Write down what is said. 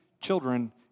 children